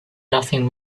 nothing